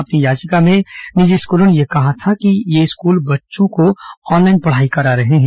अपनी याचिका में निजी स्कूलों ने कहा था कि ये स्कूल बच्चों को ऑनलाइन पढ़ाई करा रहे हैं